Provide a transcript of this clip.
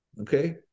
okay